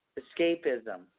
escapism